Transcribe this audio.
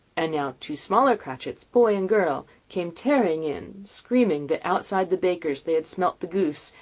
and now two smaller cratchits, boy and girl, came tearing in, screaming that outside the baker's they had smelt the goose,